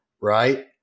Right